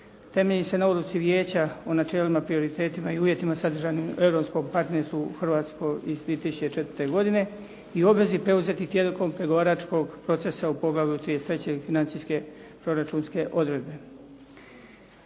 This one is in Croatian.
temelji se na odluci Vijeća o načelima, prioritetima i uvjetima sadržanim u europskom partnerstvu s Hrvatskom iz 2004. godine i obvezi preuzete tijekom pregovaračkog procesa u poglavlju 33. financijske proračunske odredbe.